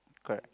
correct